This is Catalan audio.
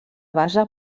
base